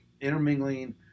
intermingling